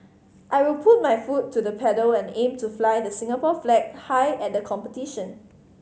I will put my foot to the pedal and aim to fly the Singapore flag high at the competition